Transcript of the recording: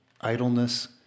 idleness